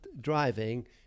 driving